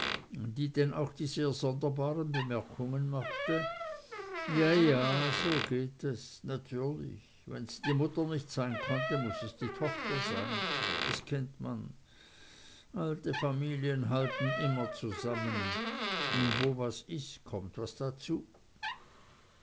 die denn auch sehr sonderbare bemerkungen machte ja ja so geht es natürlich wenn's die mutter nicht sein konnte muß es die tochter sein das kennt man alte familien halten immer zusammen und wo was is da kommt was dazu